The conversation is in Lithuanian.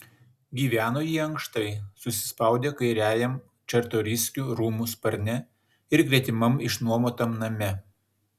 gyveno jie ankštai susispaudę kairiajam čartoriskių rūmų sparne ir gretimam išnuomotam name